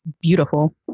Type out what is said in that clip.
beautiful